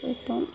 এইটো